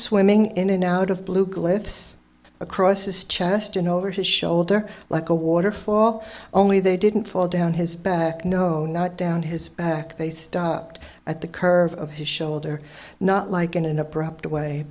swimming in and out of blue glyphs across his chest and over his shoulder like a waterfall only they didn't fall down his back no not down his back they stopped at the curve of his shoulder not like it in a proper way